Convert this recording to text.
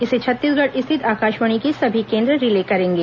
इसे छत्तीसगढ़ स्थित आकाशवाणी के सभी केंद्र रिले करेंगे